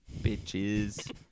Bitches